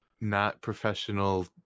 not-professional